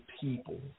people